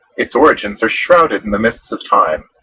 its origins are shrouded in the mists of time.